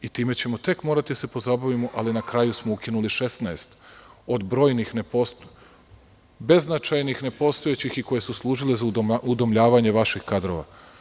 Time ćemo tek morati da se pozabavimo, ali na kraju smo ukinuli 16 od brojnih beznačajnih, nepostojećih i koje su služile za udomljavanje vaših kadrova.